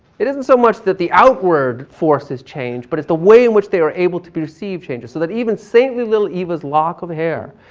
it isn't so much that the outward force has changed, but it's the way in which they are able to perceive changes. so that even saintly little ava's lock of hair,